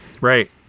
Right